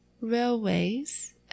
Railways